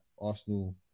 Arsenal